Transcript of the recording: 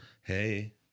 Hey